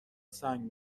سنگ